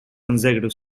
consecutive